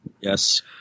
Yes